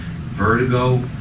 vertigo